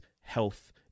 health